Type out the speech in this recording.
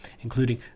including